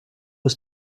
ist